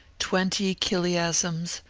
twenty chiliocosms,